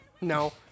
no